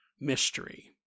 mystery